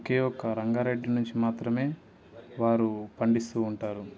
ఒకే ఒక రంగారెడ్డి నుంచి మాత్రమే వారు పండిస్తూ ఉంటారు